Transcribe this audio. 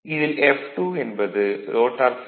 இதில் f2 என்பது rotor frequency ஆகும்